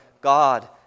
God